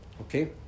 Okay